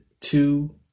Two